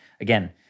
again